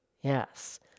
Yes